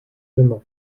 dem